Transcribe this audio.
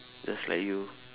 just like you